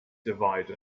divide